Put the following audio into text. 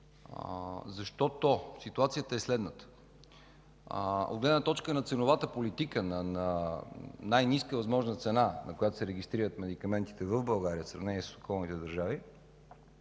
текстове. Ситуацията е следната. От гледна точка на ценовата политика на най-ниска възможна цена, на която се регистрират медикаментите в България в сравнение с околните държави,